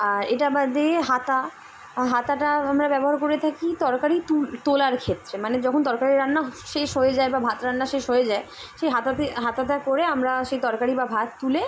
আর এটা বাদে হাতা হাতাটা আমরা ব্যবহার করে থাকি তরকারি তোলার ক্ষেত্রে মানে যখন তরকারি রান্না শেষ হয়ে যায় বা ভাত রান্না শেষ হয়ে যায় সেই হাতাতে হাতাতে করে আমরা সেই তরকারি বা ভাত তুলে